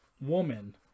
woman